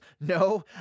no